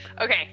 okay